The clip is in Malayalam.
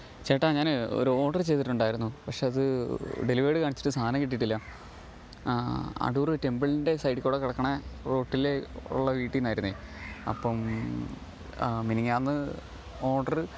ചേട്ടാ ഞാന് ഒരു ഓർഡർ ചെയ്തിട്ടുണ്ടായിരുന്നു പക്ഷേ അത് ഡെലിവേഡ് കാണിച്ചിട്ട് സാധനം കിട്ടിയിട്ടില്ല ആ അടൂറ് ടെമ്പിളിന്റെ സൈഡിൽ കൂടെ കിടക്കുന്ന റോട്ടില് ഉള്ള വീട്ടിൽ നിന്നായിരുന്നേ അപ്പം ആ മിനിങ്ങാന്ന് ഓർഡർ